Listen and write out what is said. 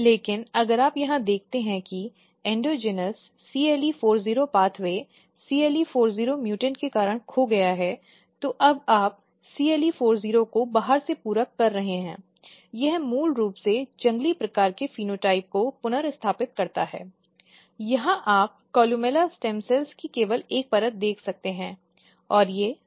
लेकिन अगर आप यहाँ देखते हैं कि एंडोजीनस CLE40 मार्ग cle40 म्यूटेंट के कारण खो गया है तो अब आप CLE40 को बाहर से पूरक कर रहे हैं यह मूल रूप से जंगली प्रकार के फेनोटाइप को पुनर्स्थापित करता है यहाँ आप कोलोरेला स्टेम कोशिकाओं की केवल एक परत देख सकते हैं